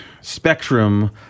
spectrum